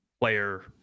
player